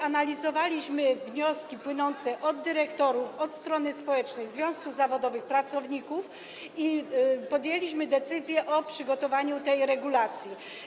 Analizowaliśmy wnioski płynące od dyrektorów, strony społecznej, związków zawodowych, pracowników i podjęliśmy decyzję o przygotowaniu tej regulacji.